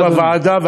אנחנו בוועדה,